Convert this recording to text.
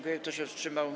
Kto się wstrzymał?